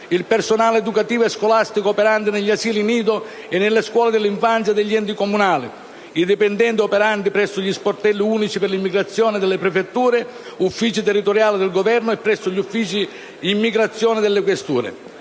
il personale educativo e scolastico operante negli asili nido e nelle scuole dell'infanzia degli enti comunali; i dipendenti operanti presso gli Sportelli unici per l'immigrazione delle prefetture - Uffici territoriali del Governo e presso gli Uffici immigrazione delle questure.